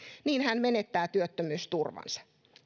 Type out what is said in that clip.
niin hän menettää työttömyysturvansa